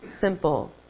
simple